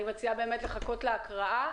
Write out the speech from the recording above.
אני באמת מציעה לחכות עם ההערות להקראה,